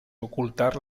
ocultar